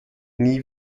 nie